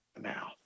now